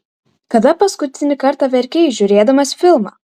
kada paskutinį kartą verkei žiūrėdamas filmą